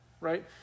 right